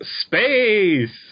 Space